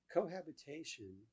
Cohabitation